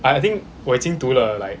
I think 我已经读了 like